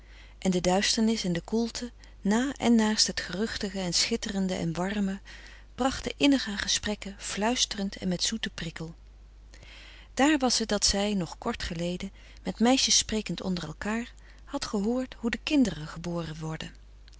en de duisternis en de koelte na en naast het geruchtige en schitterende en warme brachten innige gesprekken fluisterend en met zoeten prikkel daar was het dat zij nog kort geleden met meisjes sprekend onder elkaar had gehoord hoe de kinderen geboren worden